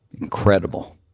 incredible